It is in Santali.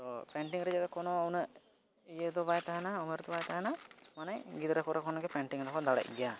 ᱛᱳ ᱨᱮᱭᱟᱜ ᱫᱚ ᱠᱳᱱᱳ ᱩᱱᱟᱹᱜ ᱤᱭᱟᱹᱫᱚ ᱵᱟᱭ ᱛᱟᱦᱮᱱᱟ ᱩᱢᱮᱨ ᱫᱚ ᱵᱟᱭ ᱛᱟᱦᱮᱱᱟ ᱢᱟᱱᱮ ᱜᱤᱫᱽᱨᱟᱹ ᱠᱚᱨᱮ ᱠᱷᱚᱱᱜᱮ ᱫᱚᱠᱚ ᱫᱟᱲᱮᱭᱟᱜ ᱜᱮᱭᱟ